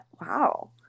Wow